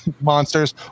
monsters